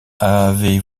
avait